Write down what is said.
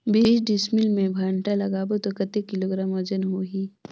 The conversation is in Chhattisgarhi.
बीस डिसमिल मे भांटा लगाबो ता कतेक किलोग्राम वजन होही?